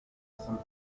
continued